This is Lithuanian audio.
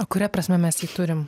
o kuria prasme mes jį turime